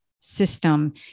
system